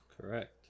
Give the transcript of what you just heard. Correct